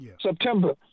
September